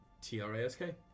T-R-A-S-K